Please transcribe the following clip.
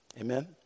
Amen